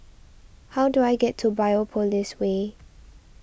how do I get to Biopolis Way